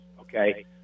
Okay